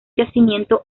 yacimiento